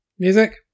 Music